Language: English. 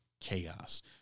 chaos